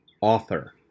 author